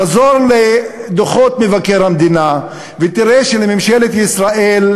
חזור לדוחות מבקר המדינה ותראה שלממשלת ישראל,